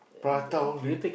prata only